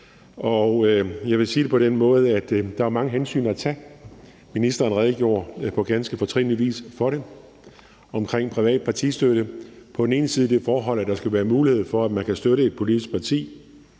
Jeg vil sige det på den måde, at der jo er mange hensyn at tage. Ministeren redegjorde på ganske fortrinlig vis for det omkring privat partistøtte: på den ene side det forhold, at der skal være mulighed for, at man kan støtte et politisk parti